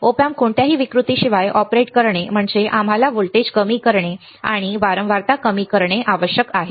op amp कोणत्याही विकृतीशिवाय आम्हाला व्होल्टेज कमी करणे आणि वारंवारता कमी करणे आवश्यक आहे